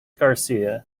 garcia